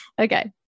Okay